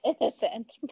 innocent